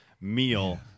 meal